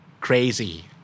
Crazy